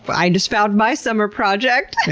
but i just found my summer project!